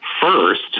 first